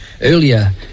earlier